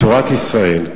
בתורת ישראל,